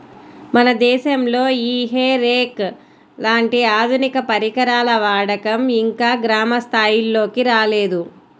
మన దేశంలో ఈ హే రేక్ లాంటి ఆధునిక పరికరాల వాడకం ఇంకా గ్రామ స్థాయిల్లోకి రాలేదు